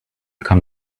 come